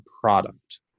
product